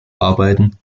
arbeiten